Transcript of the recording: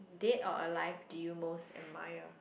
dead or alive do you most admire